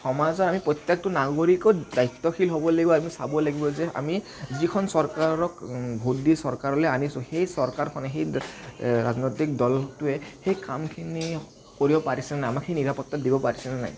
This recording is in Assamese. সমাজৰ আমি প্ৰত্যেকটো নাগৰিকো দায়িত্বশীল হ'ব লাগিব আমি চাব লাগিব যে আমি যিখন চৰকাৰক ভোট দি চৰকাৰলে আনিছোঁ সেই চৰকাৰখনে সেই ৰাজনৈতিক দলটোৱে সেই কামখিনি কৰিব পাৰিছেনে নাই আমাক সেই নিৰাপত্তা দিব পাৰিছেনে নাই